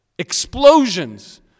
explosions